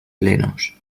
plenos